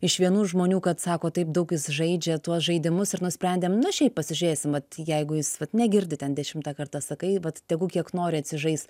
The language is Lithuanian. iš vienų žmonių kad sako taip daug jis žaidžia tuos žaidimus ir nusprendėm na šiaip pasižiūrėsim vat jeigu jis vat negirdi ten dešimtą kartą sakai vat tegu kiek nori atsižais